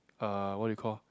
uh what do you call